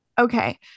Okay